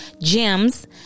gems